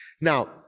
Now